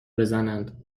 بزنند